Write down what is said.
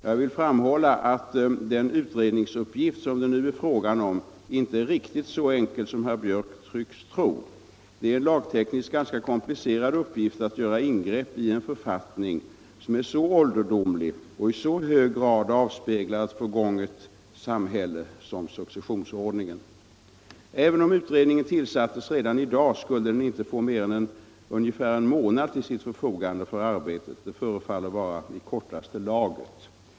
Jag vill framhålla att den utredningsuppgift som det nu är fråga om inte är riktigt så enkel som herr Björck i Nässjö tycks tro. Det är lagtekniskt en ganska komplicerad uppgift att göra ingrepp i en författning som är så ålderdomlig och i så hög grad avspeglar ett förgånget samhälle som successionsordningen. Även om utredningen tillsattes redan i dag skulle den inte få mer än ungefär en månad till sitt förfogande för arbetet. Det förefaller att vara i kortaste laget.